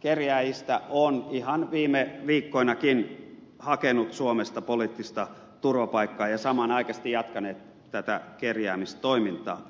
kerjääjistä on ihan viime viikkoinakin hakenut suomesta poliittista turvapaikkaa ja samanaikaisesti jatkanut kerjäämistoimintaa